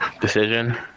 Decision